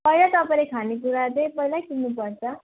पहिला तपाईँले खानेकुरा चाहिँ पहिल्यै किन्नुपर्छ